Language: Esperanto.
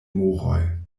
moroj